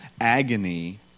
agony